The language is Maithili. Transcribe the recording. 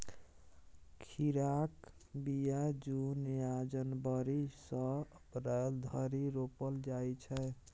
खीराक बीया जुन या जनबरी सँ अप्रैल धरि रोपल जाइ छै